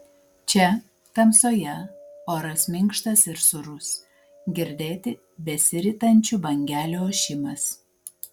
čia tamsoje oras minkštas ir sūrus girdėti besiritančių bangelių ošimas